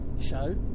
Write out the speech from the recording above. show